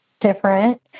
different